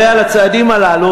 הרי על הצעדים הללו,